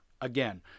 Again